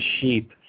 sheep